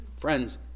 Friends